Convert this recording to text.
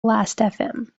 lastfm